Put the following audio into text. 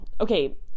Okay